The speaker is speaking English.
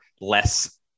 less